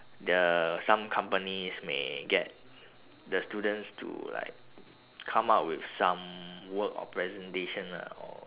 the some companies may get the students to like come up with some work or presentation lah or